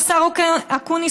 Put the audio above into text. השר אקוניס,